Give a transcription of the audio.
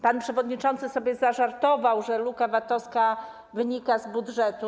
Pan przewodniczący sobie zażartował, że luka VAT wynika z budżetu.